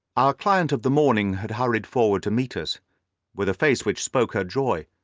our client of the morning had hurried forward to meet us with a face which spoke her joy.